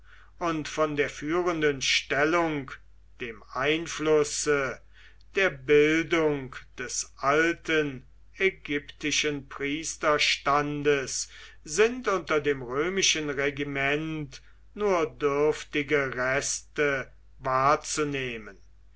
und von der führenden stellung dem einflusse der bildung des alten ägyptischen priesterstandes sind unter dem römischen regiment nur dürftige reste wahrzunehmen